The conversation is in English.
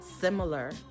similar